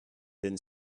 then